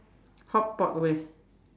hot pot where